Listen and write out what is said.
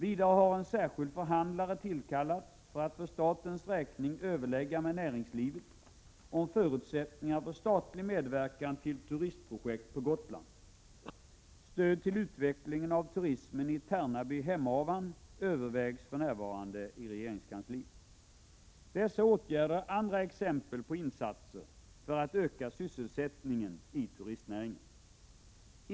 Vidare har en särskild förhandlare tillkallats för att för statens räkning överlägga med näringslivet om förutsättningar för statlig medverkan till turistprojekt på Gotland. Stöd till utvecklingen av turismen i Tärnaby/Hemavan övervägs för närvarande i regeringskansliet. Dessa åtgärder är andra exempel på insatser för att öka sysselsättningen i turistnäringen.